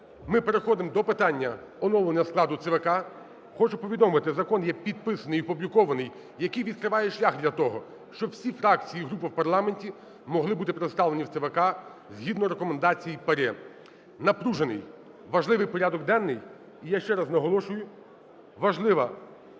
ми переходимо до питання оновлення складу ЦВК. Хочу повідомити, закон є підписаний і опублікований, який відкриває шлях для того, щоб всі фракції і групи в парламенті могли бути представлені в ЦВК згідно рекомендації ПАРЄ. Напружений, важливий порядок денний, і я ще раз наголошую, важлива